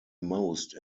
most